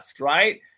right